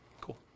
Cool